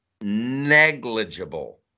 negligible